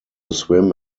swim